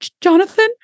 Jonathan